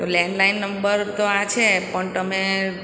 તો landline number તો આ છે પણ તમે